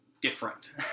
different